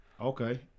Okay